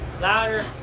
Louder